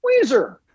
Weezer